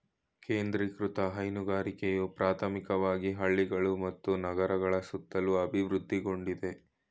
ಕೇಂದ್ರೀಕೃತ ಹೈನುಗಾರಿಕೆಯು ಪ್ರಾಥಮಿಕವಾಗಿ ಹಳ್ಳಿಗಳು ಮತ್ತು ನಗರಗಳ ಸುತ್ತಲೂ ಅಭಿವೃದ್ಧಿಗೊಂಡಿದೆ